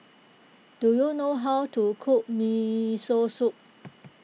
do you know how to cook Miso Soup